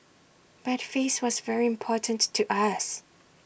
but face was very important to us